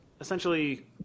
essentially